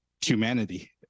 humanity